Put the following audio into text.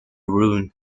ruin